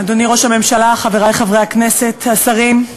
אדוני ראש הממשלה, חברי חברי הכנסת, השרים,